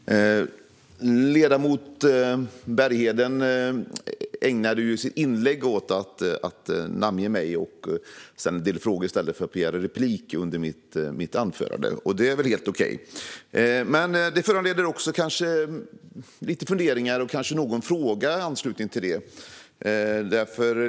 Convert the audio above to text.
Herr talman! Ledamoten Bergheden ägnade sitt inlägg åt att namnge mig och ställde också en del frågor i stället för att begära replik under mitt anförande. Det är väl helt okej. Men det föranleder också lite funderingar och kanske någon fråga i anslutning till det.